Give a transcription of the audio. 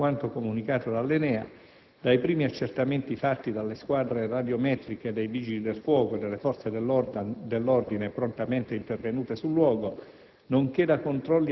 Secondo quanto comunicato dall'ENEA, dai primi accertamenti fatti dalle squadre radiometriche dei Vigili del fuoco e dalle forze dell'ordine prontamente intervenute sul luogo,